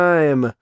Time